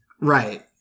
Right